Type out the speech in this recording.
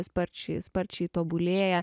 sparčiai sparčiai tobulėja